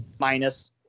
minus